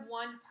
one